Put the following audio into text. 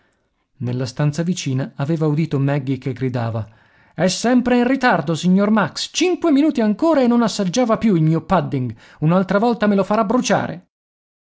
nella stanza vicina aveva udito magge che gridava è sempre in ritardo signor max cinque minuti ancora e non assaggiava più il mio pudding un'altra volta me lo farà bruciare